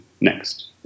next